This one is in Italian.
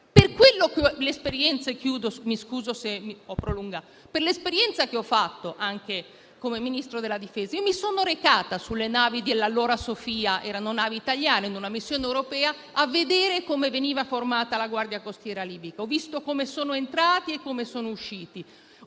Nell'esperienza che ho maturato, anche come Ministro della difesa, mi sono recata sulle navi dell'allora operazione Sophia (erano navi italiane in una missione europea), a vedere come veniva formata la guardia costiera libica: ho visto come sono entrati e come sono usciti,